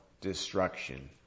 destruction